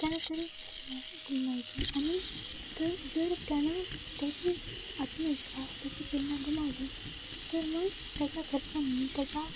त्याने तरी कसं रमायचं आणि तर जर त्यानं त्याची आत्मविश्वास त्याची प्रेरणा गमावली तर मग त्याच्या घरच्यानी त्याच्या